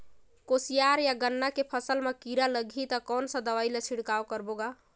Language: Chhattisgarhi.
कोशियार या गन्ना के फसल मा कीरा लगही ता कौन सा दवाई ला लगाबो गा?